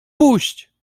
puść